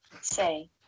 say